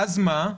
ואז מה?